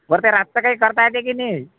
बरं ते रातचं काय करता येतं की नाही